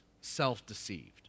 self-deceived